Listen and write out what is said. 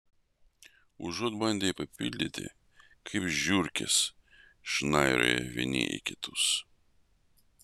užuot bandę jį papildyti kaip žiurkės šnairuoja vieni į kitus